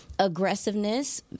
Aggressiveness